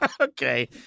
Okay